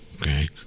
okay